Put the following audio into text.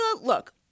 Look